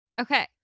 okay